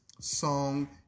song